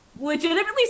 legitimately